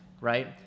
right